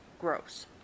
Gross